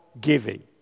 giving